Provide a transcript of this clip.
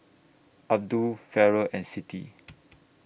Abdul Farah and Siti